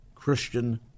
Christian